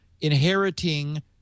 inheriting